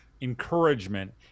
encouragement